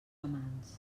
amants